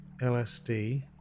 LSD